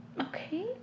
okay